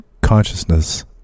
consciousness